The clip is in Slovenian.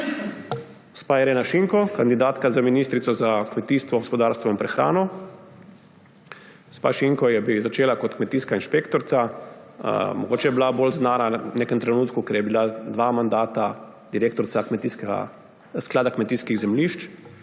Gospa Irena Šinko, kandidatka za ministrico za kmetijstvo, gozdarstvo in prehrano. Gospa Šinko je začela kot kmetijska inšpektorica. Mogoče je bila bolj znana v nekem trenutku, ker je bila dva mandata direktorica Sklada kmetijskih zemljišč